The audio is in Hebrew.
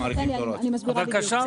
אני מסבירה בדיוק,